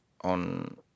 on